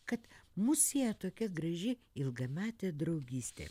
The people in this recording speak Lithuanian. kad mus sieja tokia graži ilgametė draugystė